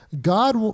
God